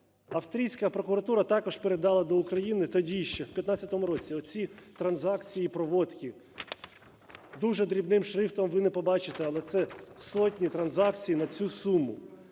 Австрійська прокуратура також передала до України тоді ще в 15-му році оці транзакції, проводки. Дуже дрібним шрифтом, ви не побачите, але це сотні транзакцій на цю суму,